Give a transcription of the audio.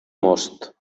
most